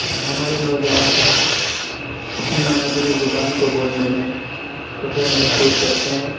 ہمارے نوجوان اپنی مادری زبان کو بولنے میں فخر محسوس کرتے ہیں